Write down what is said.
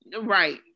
right